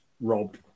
Rob